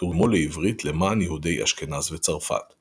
תורגמו לעברית למען יהודי אשכנז וצרפת;